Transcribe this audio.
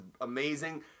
amazing